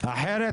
אחרת,